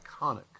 iconic